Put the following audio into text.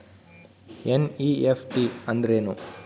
NEFT ಅಂದ್ರೆನು?